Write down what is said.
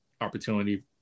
opportunity